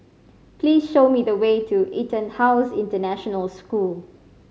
please show me the way to EtonHouse International School